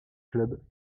clubs